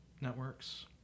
networks